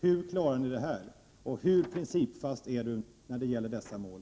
Hur skall regeringen klara detta, och hur principfast är kommunikationsministern när det gäller dessa mål?